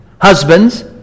Husbands